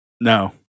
No